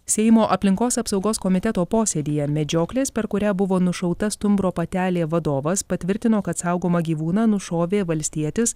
seimo aplinkos apsaugos komiteto posėdyje medžioklės per kurią buvo nušauta stumbro patelė vadovas patvirtino kad saugomą gyvūną nušovė valstietis